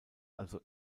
also